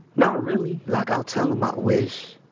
not really. like, i'll tell em i wish,